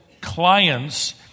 clients